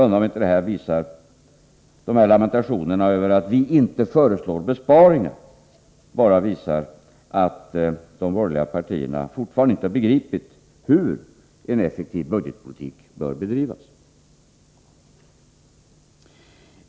Jag undrar om inte de här lamentationerna över att vi inte föreslår besparingar bara visar att de borgerliga partierna fortfarande inte begripit hur en effektiv budgetpolitik bör bedrivas.